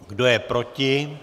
Kdo je proti?